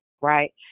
right